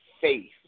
faith